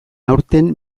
aurten